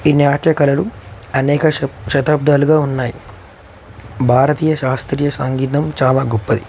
ఈ నాట్య కళలు అనేక శ శతాబ్దాలుగా ఉన్నాయి భారతీయ శాస్త్రీయ సంగీతం చాలా గొప్పది